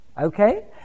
okay